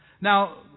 Now